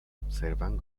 observan